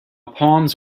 palms